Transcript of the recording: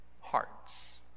hearts